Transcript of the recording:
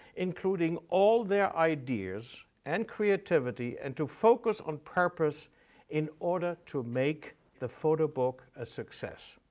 including all their ideas and creativity and to focus on purpose in order to make the photo book a success.